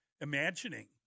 imagining